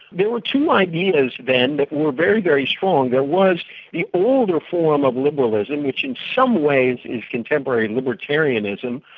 there were two ideas then that were very very strong. there was the older form of liberalism which in some ways is contemporary libertarianism,